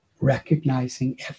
recognizing